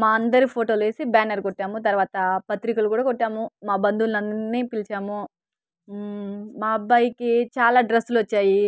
మా అందరి ఫోటోలేసి బ్యానర్ కొట్టాము తర్వాత పత్రికలు కూడా కొట్టాము మా బంధువులన్నీ పిలిచాము మా అబ్బాయికి చాలా డ్రస్సులొచ్చాయి